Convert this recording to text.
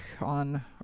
on